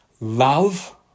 love